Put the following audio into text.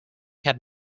had